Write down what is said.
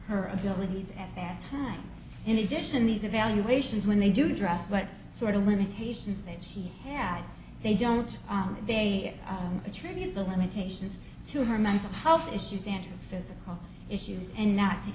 her abilities at that time in addition these evaluations when they do trust what sort of limitations that she had they don't they attribute the limitations to her mental health issues and her physical issues and not to